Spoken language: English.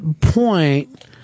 point